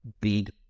big